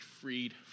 freed